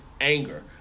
anger